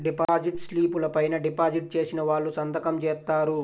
deposit స్లిపుల పైన deposit చేసిన వాళ్ళు సంతకం జేత్తారు